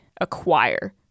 acquire